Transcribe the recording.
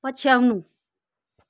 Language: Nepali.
पछ्याउनु